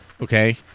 Okay